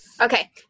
Okay